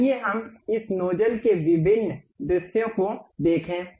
आइए हम इस नोजल के विभिन्न दृश्यों को देखें